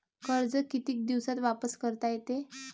कर्ज कितीक दिवसात वापस करता येते?